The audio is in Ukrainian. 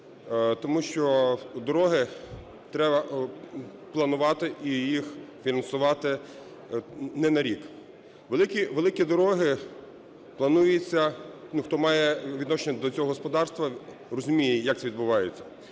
тому що дороги треба планувати і їх фінансувати не на рік. Великі, великі дороги планується, ну, хто має відношення до цього господарства, розуміє як це відбувається.